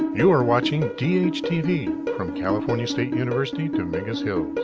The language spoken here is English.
you are watching dhtv from california state university dominguez hills